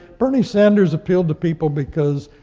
bernie sanders appealed to people because,